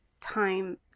time